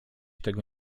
tego